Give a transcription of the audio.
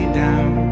down